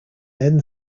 then